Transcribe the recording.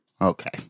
okay